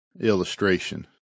illustration